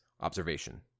Observation